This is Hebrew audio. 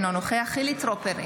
אינו נוכח חילי טרופר,